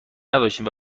نداشتیم